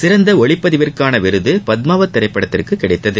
சிறந்த ஒளிப்பதிவிற்கான விருது பத்மாவத் திரைப்படத்திற்கு கிடைத்தது